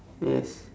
yes